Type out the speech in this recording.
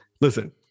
listen